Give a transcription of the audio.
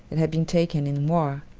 that had been taken in war,